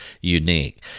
unique